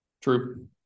True